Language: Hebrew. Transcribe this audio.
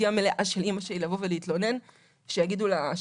המלאה של אמא שלי לבוא ולהתלונן שיגידו לה,